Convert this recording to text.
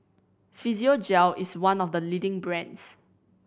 Physiogel is one of the leading brands